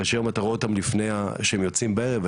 הרי שהיום אתה רואה אותם לפני שהם יוצאים בערב,